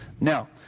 Now